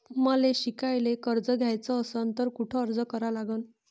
मले शिकायले कर्ज घ्याच असन तर कुठ अर्ज करा लागन?